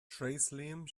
tréaslaím